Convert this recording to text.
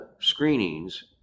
screenings